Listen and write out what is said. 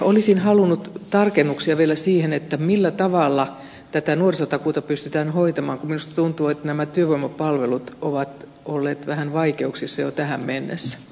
olisin halunnut tarkennuksia vielä siihen millä tavalla tätä nuorisotakuuta pystytään hoitamaan kun minusta tuntuu että nämä työvoimapalvelut ovat olleet vähän vaikeuksissa jo tähän mennessä